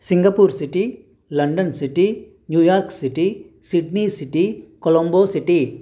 Singapore city London city New York City Sydney city Colombo city